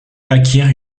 acquiert